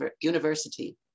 University